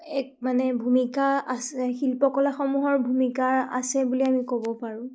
এক মানে ভূমিকা আছে শিল্পকলসমূহৰ ভূমিকা আছে বুলি আমি ক'ব পাৰোঁ